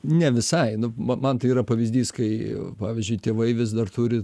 ne visai nu man tai yra pavyzdys kai pavyzdžiui tėvai vis dar turi